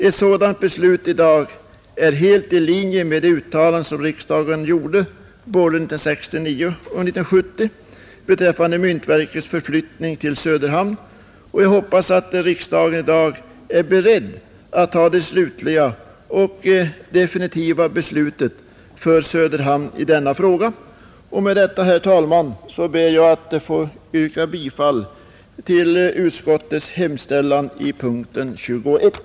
Ett sådant beslut i dag ligger helt i linje med de uttalanden som riksdagen gjort både 1969 och 1970 beträffande myntoch justeringsverkets förflyttning till Söderhamn, och jag hoppas att riksdagen nu är beredd att ta det definitiva beslutet för Söderhamn i denna fråga. Herr talman! Med det anförda ber jag att få yrka bifall till utskottets hemställan i punkten 21.